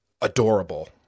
Adorable